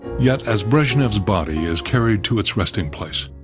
yet, as brezhnev's body is carried to its resting place,